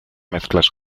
mezclas